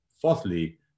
fourthly